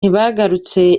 ntibagarutse